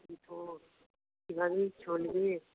কি এভাবেই চলবে